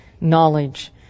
knowledge